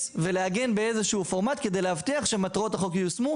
ולהגן באיזשהו פורמט כדי להבטיח שמטרות החוק ייושמו,